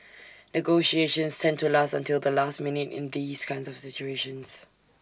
negotiations tend to last until the last minute in these kind of situations